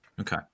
Okay